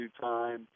time